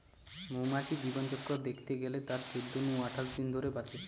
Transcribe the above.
মৌমাছির জীবনচক্র দ্যাখতে গেলে তারা চোদ্দ নু আঠাশ দিন ধরে বাঁচে